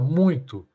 muito